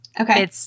Okay